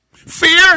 Fear